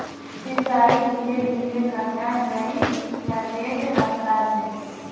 सिंचाई धीरे धीरे करना चही या तेज रफ्तार से?